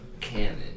Canon